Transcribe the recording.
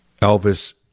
Elvis